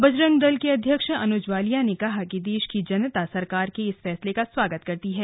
बजरंग दल के अध्यक्ष अनुज वालिया ने कहा कि देश की जनता सरकार के इस फैसले का स्वागत करती है